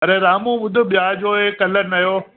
अरे रामू ॿुधु ॿिया जो इहे कलर नयो